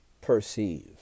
perceive